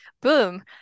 boom